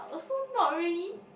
to not really